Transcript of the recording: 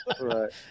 Right